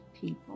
people